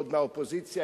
ועוד מהאופוזיציה,